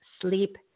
sleep